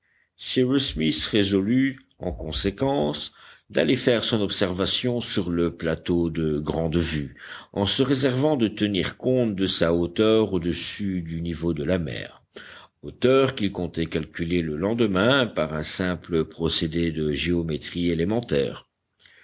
résolut en conséquence d'aller faire son observation sur le plateau de grande vue en se réservant de tenir compte de sa hauteur au-dessus du niveau de la mer hauteur qu'il comptait calculer le lendemain par un simple procédé de géométrie élémentaire